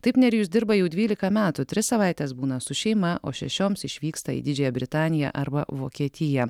taip nerijus dirba jau dvylika metų tris savaites būna su šeima o šešioms išvyksta į didžiąją britaniją arba vokietiją